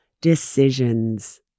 decisions